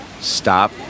stop